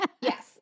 Yes